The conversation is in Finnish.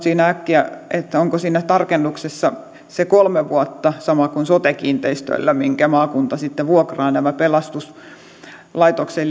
äkkiä onko siinä tarkennuksessa se kolme vuotta samoin kuin sote kiinteistöillä minkä ajan maakunta vuokraa näitä pelastuslaitokseen